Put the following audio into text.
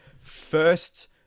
first